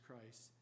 Christ